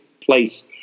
place